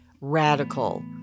radical